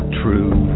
true